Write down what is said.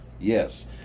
yes